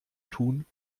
tun